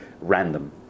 random